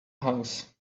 house